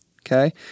Okay